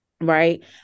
right